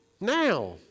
now